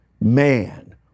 man